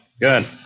Good